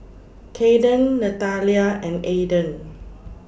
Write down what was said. Caiden Nathalia and Ayden